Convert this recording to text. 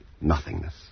nothingness